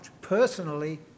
personally